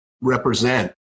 represent